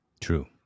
True